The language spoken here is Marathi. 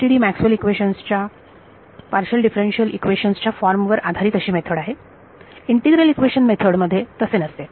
FDTD Maxwell equation Maxwell's equations च्या पार्शियल डिफरन्शियल इक्वेशन्स च्या फॉर्म वर आधारित अशी मेथड आहे इंटीग्रल इक्वेशन मेथड मध्ये तसे नसते